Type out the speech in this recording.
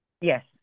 Yes